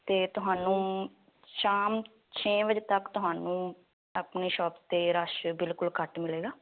ਅਤੇ ਤੁਹਾਨੂੰ ਸ਼ਾਮ ਛੇ ਵਜ੍ਹੇ ਤੱਕ ਤੁਹਾਨੂੰ ਆਪਣੀ ਸ਼ੋਪ 'ਤੇ ਰਸ਼ ਬਿਲਕੁਲ ਘੱਟ ਮਿਲੇਗਾ